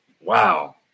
wow